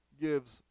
gives